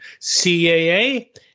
CAA